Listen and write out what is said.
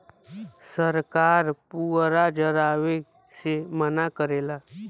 सरकार पुअरा जरावे से मना करेला